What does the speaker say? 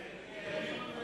דב חנין ועפו